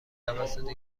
توسط